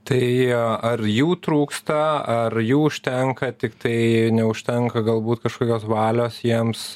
tai ar jų trūksta ar jų užtenka tiktai neužtenka galbūt kažkokios valios jiems